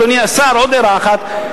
אדוני השר, עוד הערה אחת.